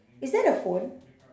is that a phone